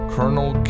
Colonel